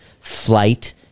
flight